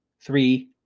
three